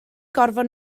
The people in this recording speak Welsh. gorfod